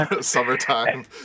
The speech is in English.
Summertime